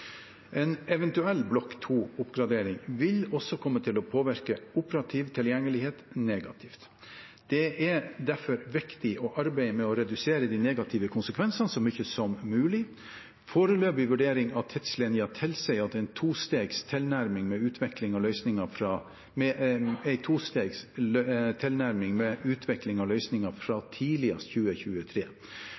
En eventuell Block 2-oppgradering vil også komme til å påvirke operativ tilgjengelighet negativt. Det er derfor viktig å arbeide med å redusere de negative konsekvensene så mye som mulig. Foreløpig vurdering av tidslinjen tilsier en tostegs tilnærming med utvikling av løsninger fra tidligst 2023. Oppgraderingen av norske NH90 vil trolig tidligst kunne gjennomføres i første halvdel av